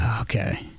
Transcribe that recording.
okay